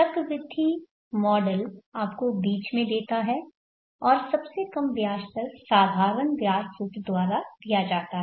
चक्रवृद्धि मॉडल आपको बीच में देता है और सबसे कम ब्याज दर साधारण ब्याज सूत्र द्वारा दिया जाता है